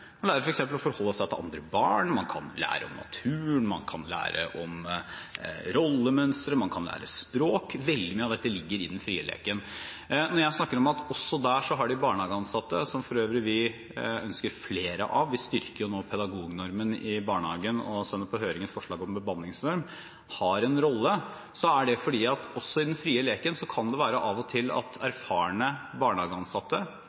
Man lærer f.eks. å forholde seg til andre barn, man kan lære om naturen og om rollemønstre, man kan lære språk. Veldig mye av dette ligger i den frie leken. Når jeg snakker om at de barnehageansatte – som vi for øvrig ønsker flere av, vi styrker nå pedagognormen i barnehagen og sender på høring et forslag om bemanningsnorm – også der har en rolle, er det fordi at også i den frie leken kan det av og til være at